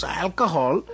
alcohol